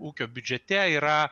ūkio biudžete yra